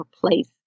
place